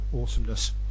awesomeness